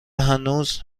هنوز